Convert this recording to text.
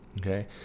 okay